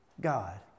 God